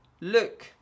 Look